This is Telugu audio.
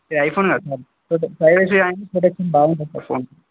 ఇది ఐఫోన్ కాదు సార్ ప్రైవసీ అండ్ ప్రొటెక్షన్ బాగుంటుంది సార్ ఫోన్